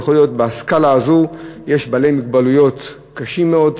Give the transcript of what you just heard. יכול להיות שבסקאלה הזו יש בעלי מוגבלויות קשות מאוד,